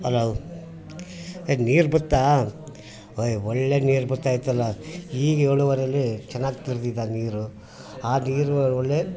hello ಈಗ ನೀರು ಬತ್ತಾ ಓಯ್ ಒಳ್ಳೆಯ ನೀರು ಬತ್ತೈಯ್ತಲ್ಲ ಈಗ ಏಳುವರೇಲಿ ಚೆನ್ನಾಗ್ ತೆರ್ದಿದ್ದಾರೆ ನೀರು ಆ ನೀರು ಒಳ್ಳೆಯ